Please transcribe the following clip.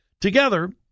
together